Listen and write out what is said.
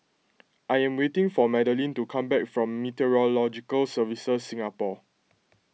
I am waiting for Madelene to come back from Meteorological Services Singapore